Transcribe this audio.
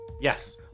yes